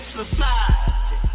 society